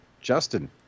Justin